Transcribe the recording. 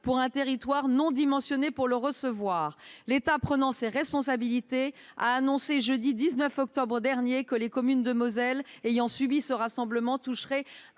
dans un territoire non dimensionné pour le recevoir. L’État, prenant ses responsabilités, a annoncé le jeudi 19 octobre dernier que les communes de Moselle ayant subi ce rassemblement percevraient